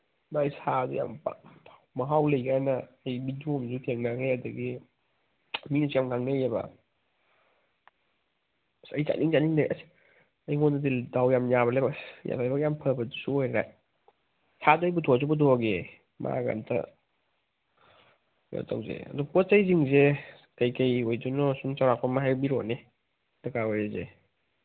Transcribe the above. ꯃꯥꯏ ꯁꯥꯗꯨ ꯌꯥꯝ ꯃꯍꯥꯎ ꯂꯩ ꯀꯥꯏꯅ ꯑꯩ ꯕꯤꯗꯤꯑꯣ ꯑꯃꯁꯨ ꯊꯦꯡꯅꯒ꯭ꯔꯦ ꯑꯗꯒꯤ ꯃꯤꯅꯁꯨ ꯌꯥꯝ ꯉꯥꯡꯅꯩꯌꯦꯕ ꯑꯁ ꯑꯩ ꯑꯩꯉꯣꯟꯗꯗꯤ ꯗꯥꯎ ꯌꯥꯝ ꯌꯥꯕ ꯂꯥꯏꯕꯛ ꯌꯥꯝ ꯐꯕꯗꯨꯁꯨ ꯑꯣꯏꯔꯦ ꯁꯥꯗꯨ ꯑꯩ ꯄꯨꯊꯣꯛꯑꯁꯨ ꯄꯨꯊꯣꯛꯑꯒꯦ ꯃꯥꯒ ꯑꯝꯇ ꯀꯩꯅꯣ ꯇꯧꯁꯦ ꯑꯗꯨ ꯄꯣꯠ ꯆꯩꯁꯤꯡꯁꯦ ꯀꯩꯀꯩ ꯑꯣꯏꯗꯣꯏꯅꯣ ꯁꯨꯝ ꯆꯧꯔꯥꯛꯄ ꯑꯃ ꯍꯥꯏꯕꯤꯔꯛꯑꯣꯅꯦ ꯗꯔꯀꯥꯔ ꯑꯣꯏꯔꯤꯁꯦ